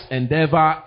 endeavor